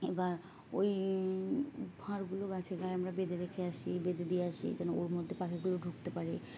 এবার ওই ভাঁড়গুলো গাছের গায়ে আমরা বেঁধে রেখে আসি বেঁধে দিয়ে আসি যেন ওর মধ্যে পাখিগুলো ঢুকতে পারি